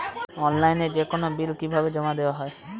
অনলাইনে যেকোনো বিল কিভাবে জমা দেওয়া হয়?